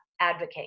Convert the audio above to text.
advocate